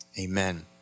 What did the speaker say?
Amen